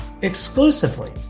exclusively